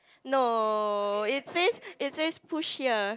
no it says it says push here